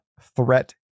threat